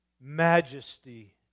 majesty